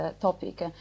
topic